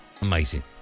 Amazing